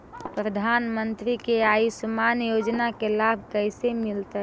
प्रधानमंत्री के आयुषमान योजना के लाभ कैसे मिलतै?